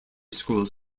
schools